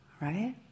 right